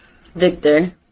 Victor